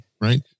Right